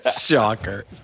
Shocker